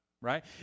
right